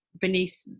beneath